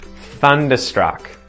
Thunderstruck